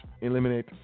eliminate